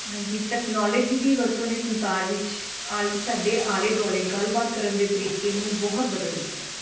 ਹਾਂਜੀ ਤਕਨਾਲੋਜੀ ਦੀ ਵਰਤੋਂ ਨੇ ਸੰਸਾਰ ਵਿੱਚ ਆਲ ਸਾਡੇ ਆਲੇ ਦੁਆਲੇ ਗੱਲਬਾਤ ਕਰਨ ਦੇ ਤਰੀਕੇ ਨੂੰ ਬਹੁਤ ਬਦਲ ਦਿੱਤਾ ਹੈ